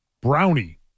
brownie